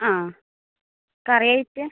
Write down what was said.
ആ കറിയായിട്ട്